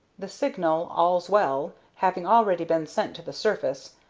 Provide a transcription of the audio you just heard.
the signal, all's well, having already been sent to the surface,